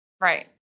Right